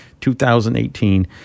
2018